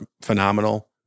phenomenal